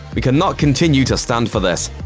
we can not continue to stand for this.